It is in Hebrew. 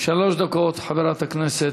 שלוש דקות, חברת הכנסת.